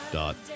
dot